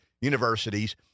universities